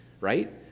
right